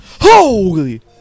Holy